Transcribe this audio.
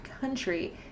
Country